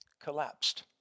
collapsed